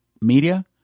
media